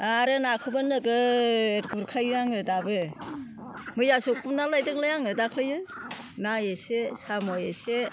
आरो नाखौबो नोगोद गुरखायो आङो दाबो मैयासो गुरना लायदोंलाय आङो दाख्लैयो ना एसे साम' एसे